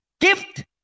gift